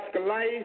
life